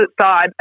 side